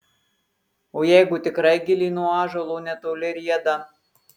o jeigu tikrai gilė nuo ąžuolo netoli rieda